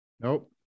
nope